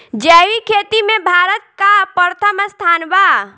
जैविक खेती में भारत का प्रथम स्थान बा